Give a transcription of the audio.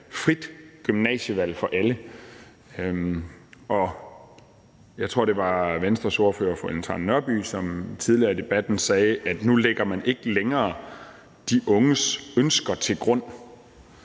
frit gymnasievalg for alle, og jeg tror, det var Venstres ordfører, fru Ellen Trane Nørby, som tidligere i debatten sagde, at nu lægger man ikke længere de unges ønsker til grund.